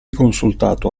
consultato